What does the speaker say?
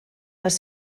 les